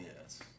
yes